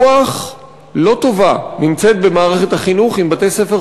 רוח לא טובה נמצאת במערכת החינוך אם בתי-ספר